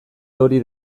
hori